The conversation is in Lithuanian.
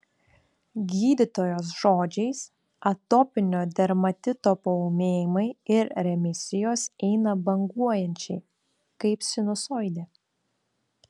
gydytojos žodžiais atopinio dermatito paūmėjimai ir remisijos eina banguojančiai kaip sinusoidė